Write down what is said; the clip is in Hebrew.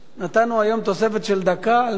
נתנו היום תוספת של דקה על מנת